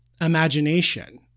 imagination